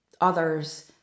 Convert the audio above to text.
others